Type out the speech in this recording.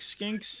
skinks